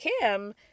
Kim